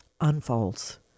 unfolds